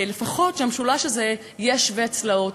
לפחות שהמשולש הזה יהיה שווה צלעות.